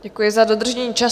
Děkuji za dodržení času.